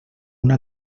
una